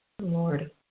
Lord